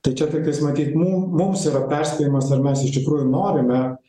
tai čia tiktais matyt mum mums yra perspėjimas ar mes iš tikrųjų norime